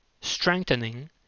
strengthening